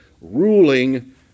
ruling